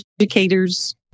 educators